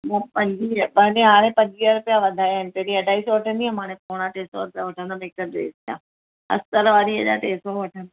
पंजीह हाणे पंजीह रुपया वधायां आहिनि पहिरीं अढाई सौ वठंदी हुअमि हाणे पोणा टे सौ रुपया वठंदमि हिकु ड्रेस जा अस्तर वारीअ जा टे सौ वठंदमि